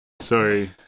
Sorry